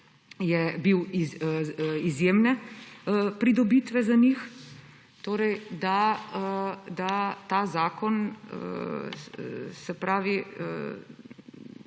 je bil izjemna pridobitev za njih, torej da ta zakon poskušamo